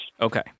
Okay